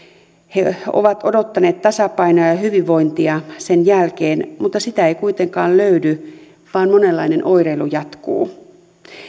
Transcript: ovat odottaneet tasapainoa ja ja hyvinvointia sen jälkeen mutta sitä ei kuitenkaan löydy vaan monenlainen oireilu jatkuu